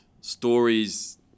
stories